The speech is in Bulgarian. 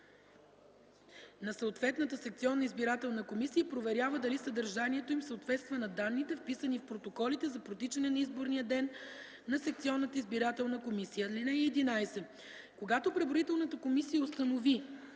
на съответната секционна избирателна комисия и проверява дали съдържанието им съответства на данните, вписани в протоколите за протичане на изборния ден на секционната избирателна комисия. (11) Когато преброителната комисия установи